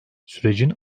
sürecin